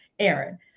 Aaron